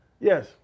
Yes